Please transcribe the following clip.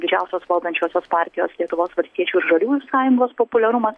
didžiausios valdančiosios partijos lietuvos valstiečių ir žaliųjų sąjungos populiarumas